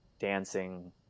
dancing